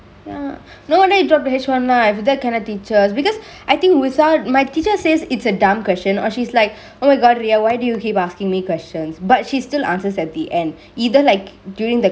no then you drop the H one lah if that kind of teacher because I think without my teacher says it's a dumb question or she's like oh my god priya why do you keep askingk me questions but she's still answers at the end either like duringk the